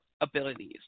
abilities